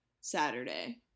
saturday